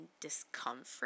discomfort